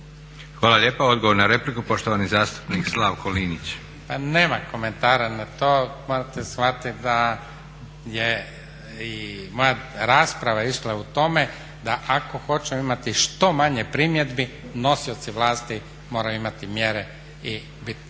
Hvala lijepa. Odgovor na repliku poštovani zastupnik Slavko Linić. **Linić, Slavko (Nezavisni)** Pa nema komentara na to, morate shvatiti da je i moja rasprava išla u tome da ako hoćemo imati što manje primjedbi nosioci vlasti moraju imati mjere i biti